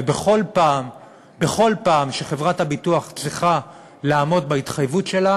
ובכל פעם שחברת ביטוח צריכה לעמוד בהתחייבות שלה